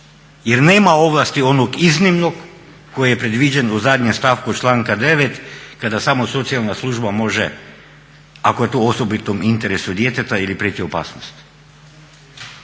jer nema ovlasti onog iznimnog koje je predviđeno u zadnjem stavku članka 9. kada samo socijalna služba može ako je to u osobitom interesu djeteta ili prijeti opasnost.